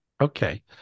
okay